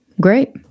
Great